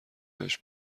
بهش